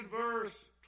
verse